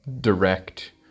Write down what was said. direct